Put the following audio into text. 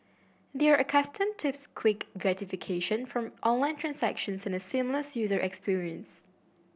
they are accustomed quick gratification from online transactions and a seamless user experience